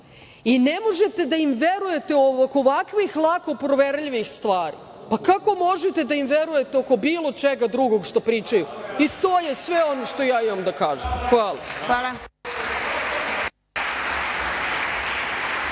i ne možete da im verujete oko ovako lako proverljivih stvari, pa kako možete da im verujete oko bilo čega drugog što pričaju? To je sve što ja imam da kažem. Hvala.